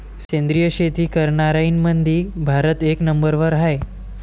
सेंद्रिय शेती करनाऱ्याईमंधी भारत एक नंबरवर हाय